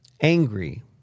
angry